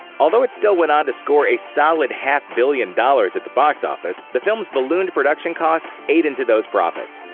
although it still went on to score a solid half-billion dollars at the box office, the film's ballooned production costs ate into those profits.